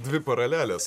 dvi paralelės